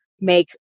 make